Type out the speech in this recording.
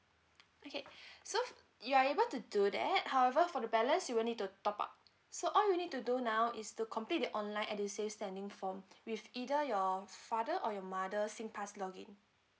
okay so you are able to do that however for the balance you will need to top up so all you need to do now is to complete the online edusave standing form with either your father or your mother singpass login